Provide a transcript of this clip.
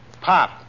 Pop